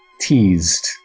teased